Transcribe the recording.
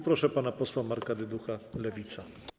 Proszę pana posła Marka Dyducha, Lewica.